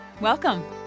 Welcome